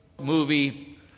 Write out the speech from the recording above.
movie